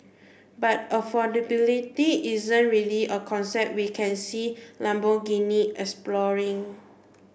but affordability isn't really a concept we can see Lamborghini exploring